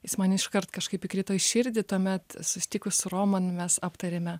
jis mane iškart kažkaip įkrito į širdį tuomet susitikus roman mes aptarėme